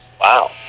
Wow